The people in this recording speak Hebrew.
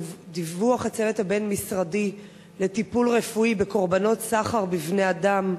דיווח הצוות הבין-משרדי לטיפול רפואי בקורבנות סחר בבני-אדם לזנות.